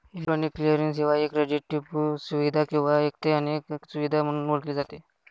electronic clearing सेवा ही क्रेडिटपू सुविधा किंवा एक ते अनेक सुविधा म्हणून ओळखली जाते